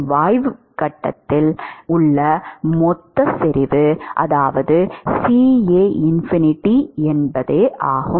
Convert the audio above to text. மற்றும் வாயு கட்டத்தில் உள்ள மொத்த செறிவு அதாவது CA∞ ஆகும்